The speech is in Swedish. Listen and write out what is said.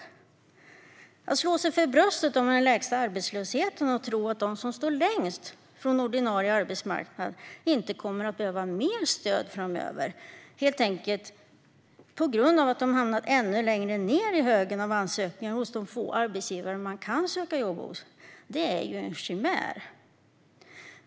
Regeringen slår sig för bröstet för den lägsta arbetslösheten och tror att de som står längst från ordinarie arbetsmarknad inte kommer att behöva mer stöd framöver på grund av att de helt enkelt har hamnat ännu längre ned i högen av ansökningar hos de få arbetsgivare man kan söka jobb hos. Det är en chimär.